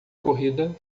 corrida